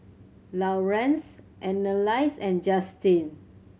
Laurance Annalise and Justyn